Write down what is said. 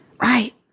Right